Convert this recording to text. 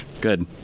Good